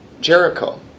Jericho